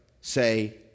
say